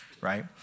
right